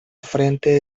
frente